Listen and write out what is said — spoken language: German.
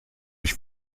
ich